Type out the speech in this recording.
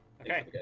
Okay